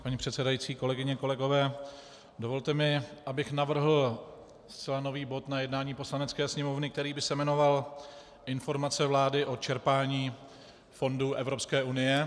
Paní předsedající, kolegyně a kolegové, dovolte mi, abych navrhl zcela nový bod na jednání Poslanecké sněmovny, který by se jmenoval Informace vlády o čerpání fondů Evropské unie.